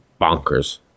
bonkers